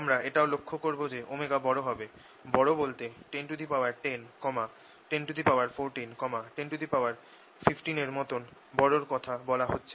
আমরা এটাও লক্ষ করব যে ω বড় হবে বড় বলতে 1010 1014 1015 এর মতন বড়র কথা বলা হচ্ছে